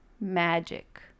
magic